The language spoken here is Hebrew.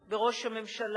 בראש הממשלה,